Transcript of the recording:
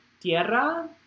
tierra